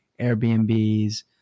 Airbnbs